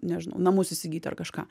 nežinau namus įsigyti ar kažką